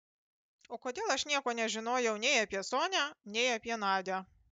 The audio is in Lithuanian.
o kodėl aš nieko nežinojau nei apie sonią nei apie nadią